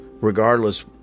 regardless